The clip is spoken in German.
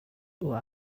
uhr